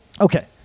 Okay